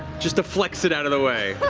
just deflects it out of the way.